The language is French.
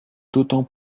d’autant